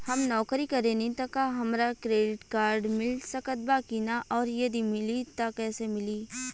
हम नौकरी करेनी त का हमरा क्रेडिट कार्ड मिल सकत बा की न और यदि मिली त कैसे मिली?